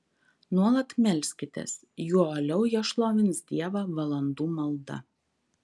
nuolat melskitės juo uoliau jie šlovins dievą valandų malda